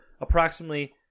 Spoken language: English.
approximately